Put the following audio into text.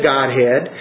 Godhead